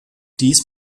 dies